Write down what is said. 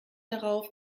darauf